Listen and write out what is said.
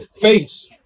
face